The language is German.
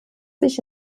sich